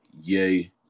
yay